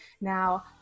Now